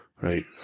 right